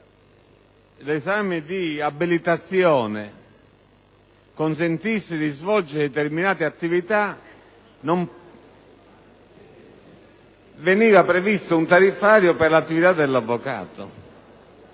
l'esame di abilitazione consentiva di svolgere determinate attività, vi fosse un tariffario per l'attività dell'avvocato.